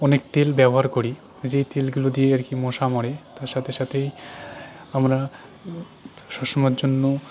অনেক তেল ব্যবহার করি যে তেলগুলো দিয়ে আর কি মশা মরে তার সাথে সাথেই আমরা সব সময়ের জন্য